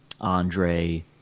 Andre